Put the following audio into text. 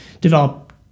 develop